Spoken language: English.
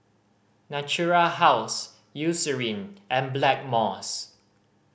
Natura House Eucerin and Blackmores